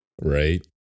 right